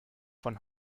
von